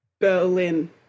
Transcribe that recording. Berlin